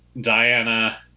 Diana